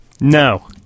No